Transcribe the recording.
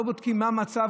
לא בודקים מה המצב,